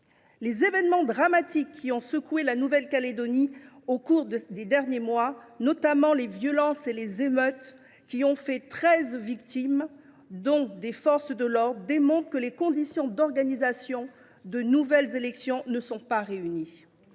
Les événements dramatiques qui ont secoué la Nouvelle Calédonie au cours des derniers mois, notamment les violences et les émeutes qui ont fait treize victimes, dont certaines parmi les forces de l’ordre, démontrent que les conditions d’organisation de nouvelles élections ne sont pas réunies.